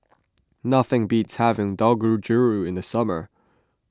nothing beats having Dangojiru in the summer